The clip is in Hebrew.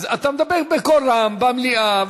אתה מדבר בקול רם במליאה,